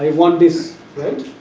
want this right,